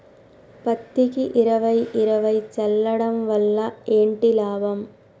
పత్తికి ఇరవై ఇరవై చల్లడం వల్ల ఏంటి లాభం?